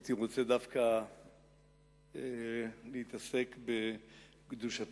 הייתי רוצה דווקא להתעסק בקדושתה